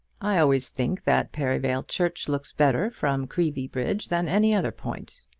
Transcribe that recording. i always think that perivale church looks better from creevy bridge than any other point.